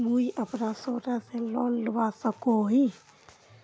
मुई अपना सोना से लोन लुबा सकोहो ही?